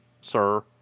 sir